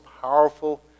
powerful